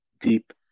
deep